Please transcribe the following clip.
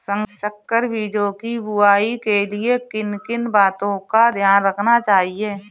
संकर बीजों की बुआई के लिए किन किन बातों का ध्यान रखना चाहिए?